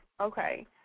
Okay